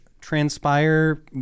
transpire